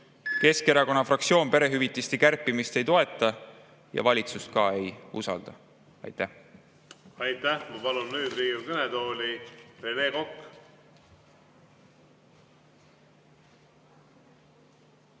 Keskerakonna fraktsioon perehüvitiste kärpimist ei toeta ja valitsust ei usalda. Aitäh!